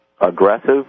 aggressive